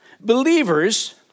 believers